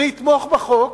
אני אתמוך בחוק